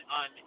on